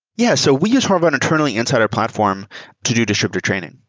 yeah. so we use horovod internally inside our platform to do distributor training.